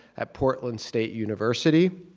at portland state university.